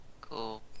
Cool